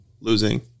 losing